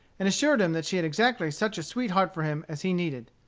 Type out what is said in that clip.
and assured him that she had exactly such a sweet heart for him as he needed.